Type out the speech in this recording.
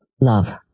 love